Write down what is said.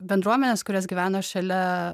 bendruomenės kurios gyvena šalia